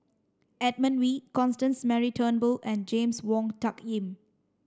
Edmund Wee Constance Mary Turnbull and James Wong Tuck Yim